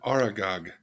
Aragog